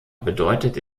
bedeutet